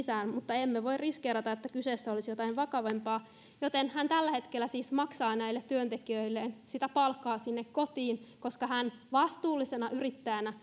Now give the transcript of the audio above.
sisään mutta kun ei voi riskeerata että kyseessä olisi jotain vakavampaa niin yrittäjä siis tällä hetkellä maksaa näille työntekijöilleen palkkaa kotiin koska hän vastuullisena yrittäjänä